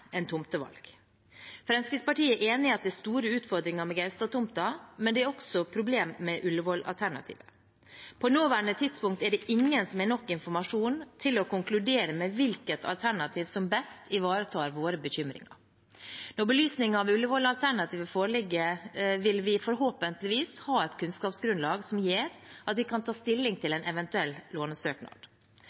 enn tomtevalg. Fremskrittspartiet er enig i at det er store utfordringer med Gaustad-tomta, men det er også problemer med Ullevål-alternativet. På det nåværende tidspunkt er det ingen som har nok informasjon til å konkludere med hvilket alternativ som best ivaretar våre bekymringer. Når belysningen av Ullevål-alternativet foreligger, vil vi forhåpentligvis ha et kunnskapsgrunnlag som gjør at vi kan ta stilling til en eventuell lånesøknad.